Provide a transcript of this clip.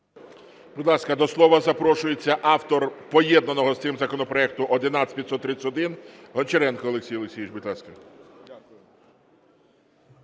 Будь ласка, до слова запрошується автор поєднаного з цим законопроекту 11531 Гончаренко Олексій Олексійович.